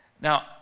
now